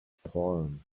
palm